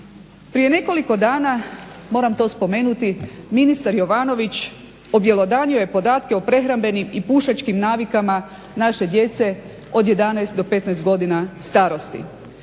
Prije nekoliko dana moram to spomenuti ministar Jovanović objelodanio je podatke o prehrambenim i pušačkim navikama naše djece od 11 do 15 godina starosti.